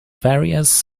various